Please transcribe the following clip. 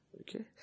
Okay